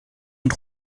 und